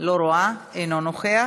לא רואה, אינו נוכח,